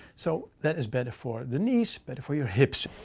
so that is better for the knees, better for your hips.